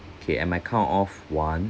okay at my count of one